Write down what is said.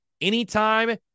anytime